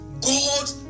God